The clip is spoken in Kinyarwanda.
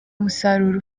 musaruro